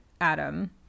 Adam